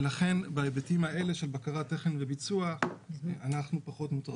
ולכן בהיבטים האלה של בקרת תכן וביצוע אנחנו פחות מוטרדים.